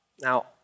Now